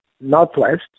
Northwest